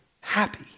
Happy